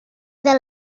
the